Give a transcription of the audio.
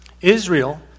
Israel